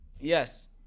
Yes